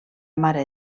mare